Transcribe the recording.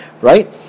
Right